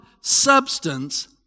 substance